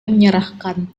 menyerahkan